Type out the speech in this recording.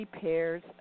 pairs